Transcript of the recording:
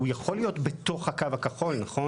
הוא יכול להיות בתוך הקו הכחול, נכון?